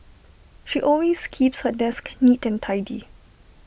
she always keeps her desk neat and tidy